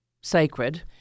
sacred